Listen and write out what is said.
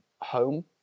home